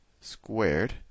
squared